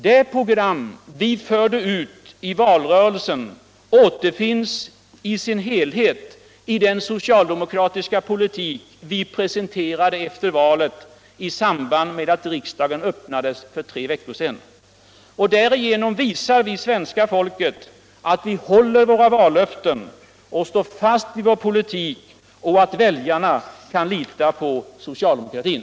Det program vi förde ut i 1976 års valrörelse återfinns helt i den socialdemokratiska poliuk vi efter valet presenterade i samband med att riksdagen öppnades för tre veckor sedan. Dirigenom visar vi svenska folket att vi häller våra vallöften och står fast vid vär pölilik och att väljarna kan lita på socialdemokratin.